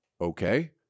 Okay